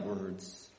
words